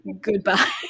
goodbye